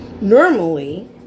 Normally